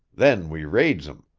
then we raids em.